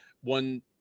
one